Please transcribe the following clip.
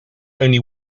only